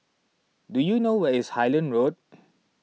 do you know where is Highland Road